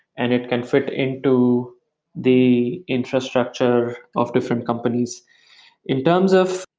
and it can fit into the infrastructure of different companies in terms of,